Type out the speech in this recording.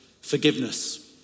forgiveness